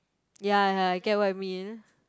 ya I get what you mean